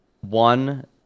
one